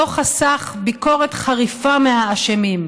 לא חסך ביקורת חריפה מהאשמים,